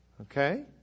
Okay